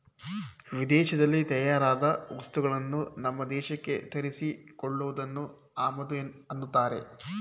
ವಿದೇಶದಲ್ಲಿ ತಯಾರಾದ ವಸ್ತುಗಳನ್ನು ನಮ್ಮ ದೇಶಕ್ಕೆ ತರಿಸಿ ಕೊಳ್ಳುವುದನ್ನು ಆಮದು ಅನ್ನತ್ತಾರೆ